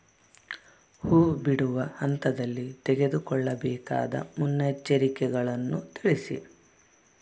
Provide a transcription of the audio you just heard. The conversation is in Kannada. ಹೂ ಬಿಡುವ ಹಂತದಲ್ಲಿ ತೆಗೆದುಕೊಳ್ಳಬೇಕಾದ ಮುನ್ನೆಚ್ಚರಿಕೆಗಳನ್ನು ತಿಳಿಸಿ?